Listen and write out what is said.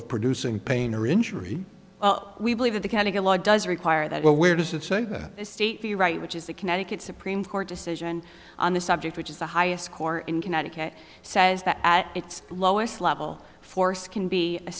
of producing pain or injury we believe in the kind of the law does require that what where does it say that the state be right which is the connecticut supreme court decision on the subject which is the highest court in connecticut says that at its lowest level force can be a